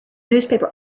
newspaper